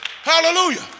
Hallelujah